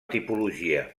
tipologia